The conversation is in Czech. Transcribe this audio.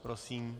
Prosím.